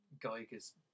Geiger's